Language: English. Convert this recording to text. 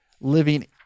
living